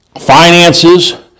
finances